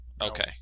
Okay